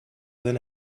than